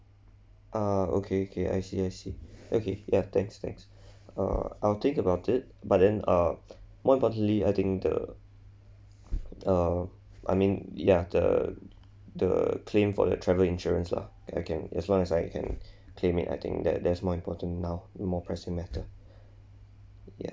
ah okay okay I see I see okay ya thanks thanks uh I'll think about it but then uh more importantly I think the uh I mean ya the the claim for the travel insurance lah I can as long as I can claim it I think that that's more important now more present matter ya